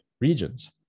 regions